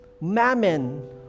mammon